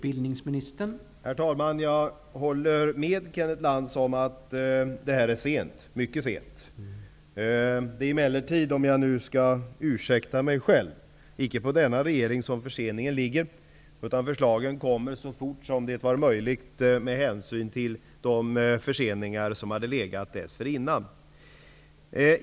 Herr talman! Jag håller med Kenneth Lantz om att vi är mycket sent ute. Det är emellertid, om jag nu skall ursäkta mig själv, icke på denna regering som förseningen ligger. Förslagen kommer så fort som det är möjligt med hänsyn till de förseningar som förekommit dessförinnan.